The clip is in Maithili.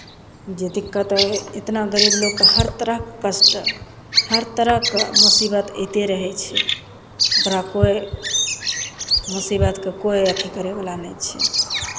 जे दिक्कत एतना गरीब लोकके हर तरहके कष्ट हर तरहके मुसीबत अयते रहै छै ओकरा कोइ मुसीबतके कोइ अथि करयवला नहि छै